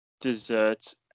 desserts